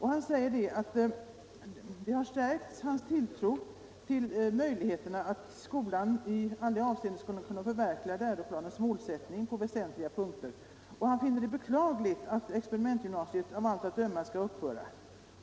Han säger vidare att detta har stärkt honom i hans tilltro till möjligheten att i skolan förverkliga läroplanens målsättningar på väsentliga punkter. Försöksledaren finner det beklagligt att experimentgymnasiet av allt att döma skall upphöra.